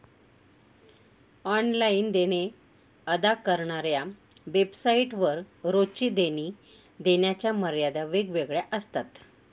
online देणे अदा करणाऱ्या वेबसाइट वर रोजची देणी देण्याच्या मर्यादा वेगवेगळ्या असतात